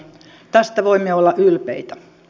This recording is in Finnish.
tästä voimme olla ylpeitä